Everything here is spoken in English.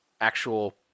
actual